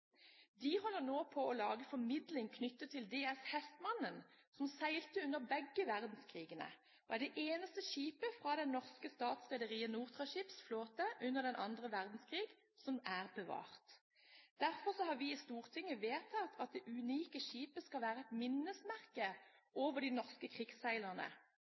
De holder nå på med å lage formidling knyttet til DS «Hestmanden», som seilte under begge verdenskrigene og er det eneste skipet fra det norske statsrederiet Nortraships flåte under annen verdenskrig som er bevart. Derfor har vi i Stortinget vedtatt at det unike skipet skal være et minnesmerke over de norske krigsseilerne.